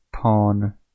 Pawn